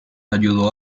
ayudó